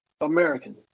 American